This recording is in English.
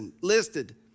listed